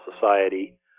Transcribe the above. society